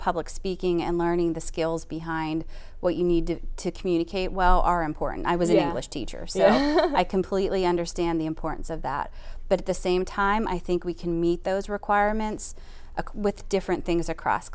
public speaking and learning the skills behind what you need to communicate well are important i was it was teacher so i completely understand the importance of that but at the same time i think we can meet those requirements with different things across